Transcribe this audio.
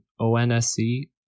ONSC